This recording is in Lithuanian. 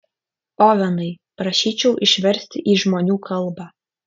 ovenai prašyčiau išversti į žmonių kalbą